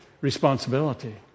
responsibility